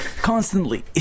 Constantly